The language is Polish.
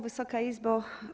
Wysoka Izbo!